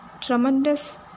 tremendous